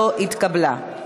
לא התקבלה.